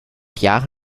jahre